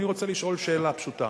אני רוצה לשאול שאלה פשוטה,